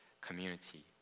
community